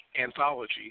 anthology